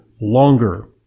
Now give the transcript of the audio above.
longer